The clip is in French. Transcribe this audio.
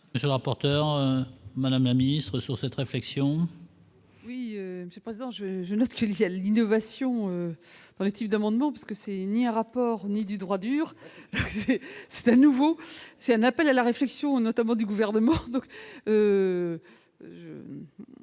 Monsieur le rapporteur, Madame la ministre sur cette réflexion. C'est pas en jeu, je note qu'il y a l'innovation dans les types d'amendements puisque c'est ni un rapport ni du droit dur c'est à nouveau, c'est un appel à la réflexion, notamment du gouvernement.